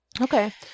Okay